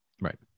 Right